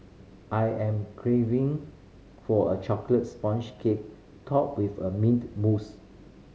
I am craving for a chocolate sponge cake topped with a mint mousse